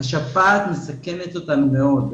השפעת מסכנת אותנו מאוד.